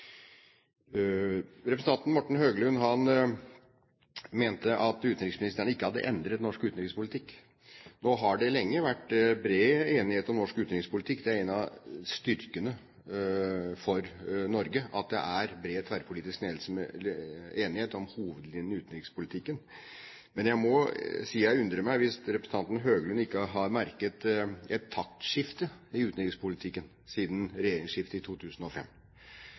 Representanten Morten Høglund mente at utenriksministeren ikke har endret norsk utenrikspolitikk. Nå har det lenge vært bred enighet om norsk utenrikspolitikk – det er en av styrkene for Norge at det er bred tverrpolitisk enighet om hovedlinjene i utenrikspolitikken. Men jeg må si det undrer meg hvis representanten Høglund ikke har merket et taktskifte i utenrikspolitikken siden regjeringsskiftet i 2005.